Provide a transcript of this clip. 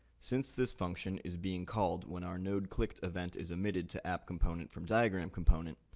since this function is being called when our nodeclicked event is emitted to app component from diagram component,